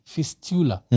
Fistula